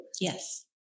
Yes